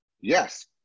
Yes